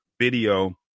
video